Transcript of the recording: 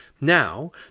Now